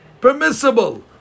permissible